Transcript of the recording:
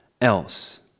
else